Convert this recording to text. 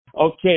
Okay